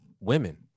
women